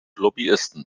lobbyisten